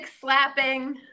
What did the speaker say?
slapping